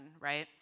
right